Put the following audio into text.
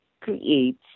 creates